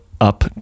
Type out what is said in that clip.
up